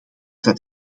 dat